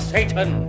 Satan